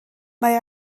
mae